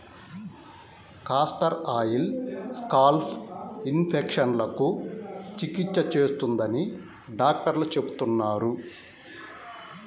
castor oil scalp ఇన్ఫెక్షన్లకు చికిత్స చేస్తుందని డాక్టర్లు చెబుతున్నారు